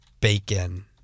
bacon